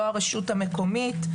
לא הרשות המקומית.